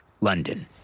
London